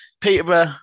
Peterborough